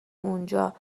اونجا